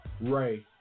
Ray